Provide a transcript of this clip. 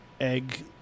egg